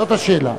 זאת השאלה.